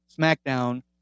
SmackDown